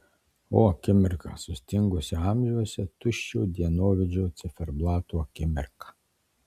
o akimirka sustingusi amžiuose tuščio dienovidžio ciferblato akimirka